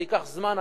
זה ייקח זמן,